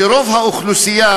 שרוב האוכלוסייה